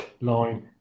line